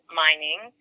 mining